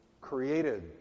created